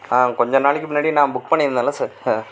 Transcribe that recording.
ஆ கொஞ்சம் நாளைக்கு முன்னாடி நான் புக் பண்ணியிருந்தேன்ல சார்